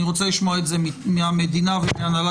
אני רוצה לשמוע את זה מהמדינה ומהנהלת